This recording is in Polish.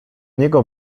niego